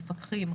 מפקחים,